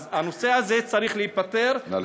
אז הנושא צריך להיפתר, נא לסיים.